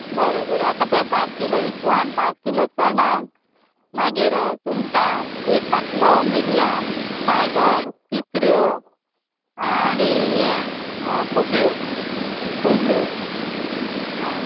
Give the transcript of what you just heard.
बरें बरें आतां पय पांच किलो इसवण पांच किलो चणक मागीर सुंगटां एक पांटलो मिडियम टायगर तिसऱ्यो आणी यें खुब्यो कुल्ल्यो आं